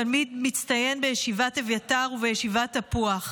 תלמיד מצטיין בישיבת אביתר ובישיבת תפוח,